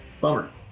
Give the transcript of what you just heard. Bummer